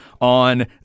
on